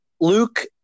Luke